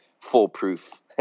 foolproof